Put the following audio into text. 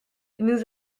nous